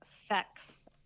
sex